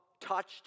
touched